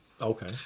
Okay